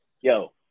yo